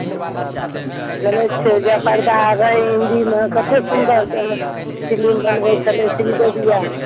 हँ जनै छी जे पर्दा रहैया हिन्दीमे कतेक सुन्दर फिल्म बनबै छलै श्री देबी आर